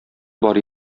бар